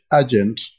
agent